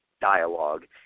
dialogue